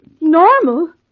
Normal